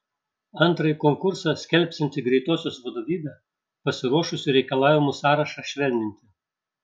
antrąjį konkursą skelbsianti greitosios vadovybė pasiruošusi reikalavimų sąrašą švelninti